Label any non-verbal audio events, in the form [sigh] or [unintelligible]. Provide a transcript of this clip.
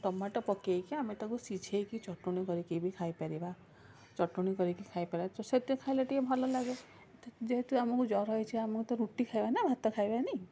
tomato ପକେଇକି ଆମେ ତାକୁ ସିଝେଇକି ଚଟୁଣି କରିକି ବି ଖାଇପାରିବା ଚଟୁଣି କରିକି ଖାଇପାରିବା [unintelligible] ଖାଇଲେ ଟିକିଏ ଭଲ ଲାଗେ ଯେହେତୁ ଆମକୁ ଜ୍ୱର ହୋଇଛି ଆମକୁ ତ ରୁଟି ଖାଇବା ନା ଭାତ ଖାଇବାନି